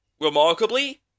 remarkably